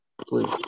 Please